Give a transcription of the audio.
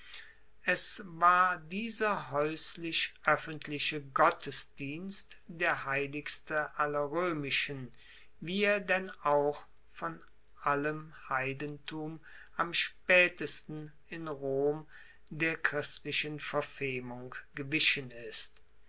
es war dieser haeuslich oeffentliche gottesdienst der heiligste aller roemischen wie er denn auch von allem heidentum am spaetesten in rom der christlichen verfemung gewichen ist